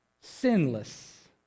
sinless